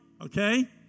okay